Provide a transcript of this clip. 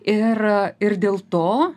ir ir dėl to